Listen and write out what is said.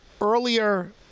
earlier